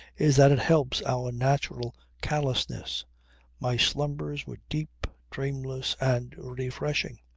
is that it helps our natural callousness my slumbers were deep, dreamless and refreshing.